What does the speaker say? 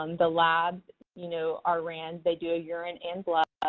um the labs you know are run. they do a urine and blood.